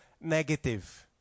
negative